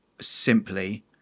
simply